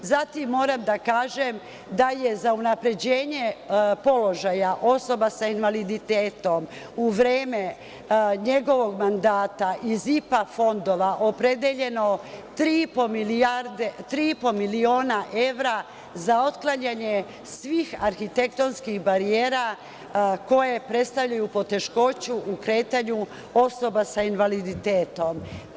Zatim, moram da kažem, da je za unapređenje položaja osoba sa invaliditetom u vreme njegovog mandata iz IPA fondova opredeljeno 3,5 miliona evra za otklanjanje svih arhitektonskih barijera koje predstavljaju poteškoću u kretanju osoba sa invaliditetom.